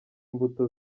imbuto